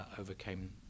overcame